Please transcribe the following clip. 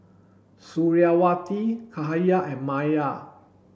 Suriawati Cahaya and Maya